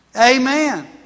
Amen